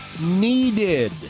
needed